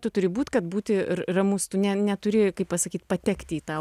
tu turi būti kad būti ir ramus tu ne neturi kaip pasakyt patekti į tą